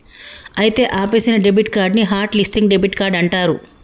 అయితే ఆపేసిన debit card ని హట్ లిస్సింగ్ డెబిట్ కార్డ్ అంటారు